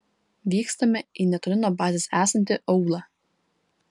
vykstame į netoli nuo bazės esantį aūlą